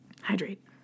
Hydrate